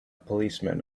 policeman